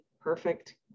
perfect